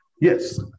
Yes